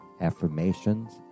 affirmations